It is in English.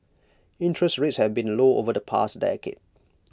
interest rates have been low over the past decade